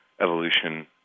evolution